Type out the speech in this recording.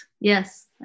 yes